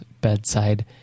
bedside